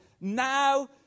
now